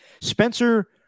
Spencer